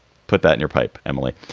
put that in your pipe. emily.